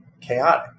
chaotic